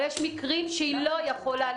אבל יש מקרים שהיא לא יכולה.